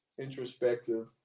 introspective